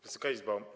Wysoka Izbo!